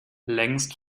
längst